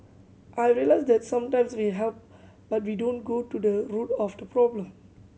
I realised that sometimes we help but we don't go to the root of the problem